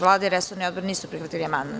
Vlada i resorni odbor nisu prihvatili amandman.